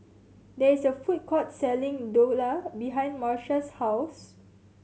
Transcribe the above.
there is a food court selling Dhokla behind Marsha's house